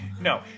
No